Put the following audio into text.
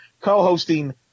co-hosting